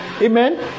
Amen